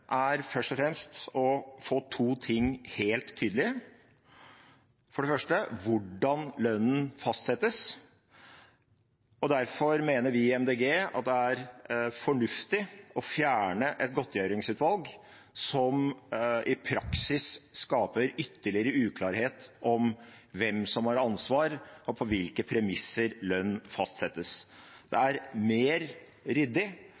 er først og fremst å få to ting helt tydelig: For det første er det hvordan lønnen fastsettes. Derfor mener vi i Miljøpartiet De Grønne at det er fornuftig å fjerne et godtgjørelsesutvalg som i praksis skaper ytterligere uklarhet om hvem som har ansvar, og på hvilke premisser lønn fastsettes. Det er mer ryddig